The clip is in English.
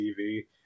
TV